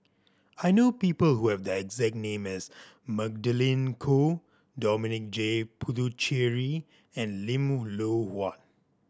I know people who have the exact name as Magdalene Khoo Dominic J Puthucheary and Lim Loh Huat